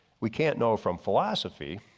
we can't know from philosophy.